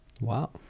Wow